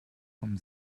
vom